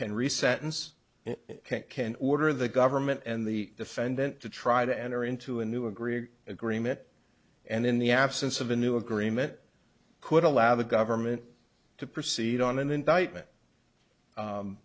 ins can order the government and the defendant to try to enter into a new agreeing agreement and in the absence of a new agreement could allow the government to proceed on an indictment